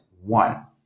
one